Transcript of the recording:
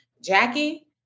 Jackie